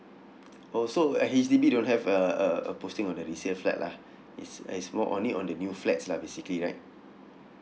oh so uh H_D_B don't have uh uh a posting on the resale flat lah it's it's more only on the new flats lah basically right